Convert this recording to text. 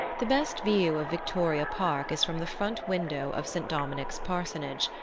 the best view of victoria park is from the front window of st. dominic's parsonage,